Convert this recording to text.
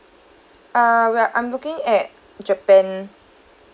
err we are I'm looking at japan